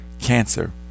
cancer